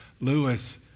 Lewis